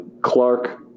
Clark